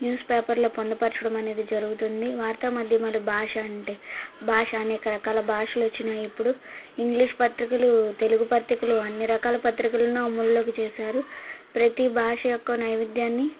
news పేపర్లో పొందపరచడం అనేది జరుగుతుంది వార్తా మధ్యమాలు భాష అంటే భాష అనేక రకాల భాషలు వచ్చినాయి ఇప్పుడు ఇంగ్లీష్ పత్రికలు తెలుగు పత్రికలు అన్ని రకాల పత్రికలను అమలులోకి చేశారు ప్రతి భాష యొక్క వైవిద్యాన్ని